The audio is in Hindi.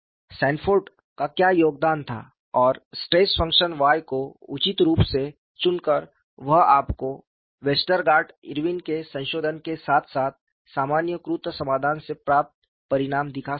सैनफोर्ड का क्या योगदान थाऔर स्ट्रेस फंक्शन Y को उचित रूप से चुनकर वह आपको वेस्टरगार्ड इरविन के संशोधन के साथ साथ सामान्यीकृत समाधान से प्राप्त परिणाम दिखा सकता है